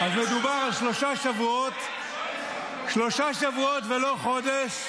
אז מדובר על שלושה שבועות, שלושה שבועות, לא חודש,